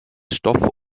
stoff